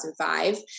2005